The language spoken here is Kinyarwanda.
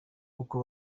uko